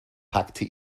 packte